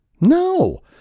No